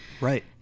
Right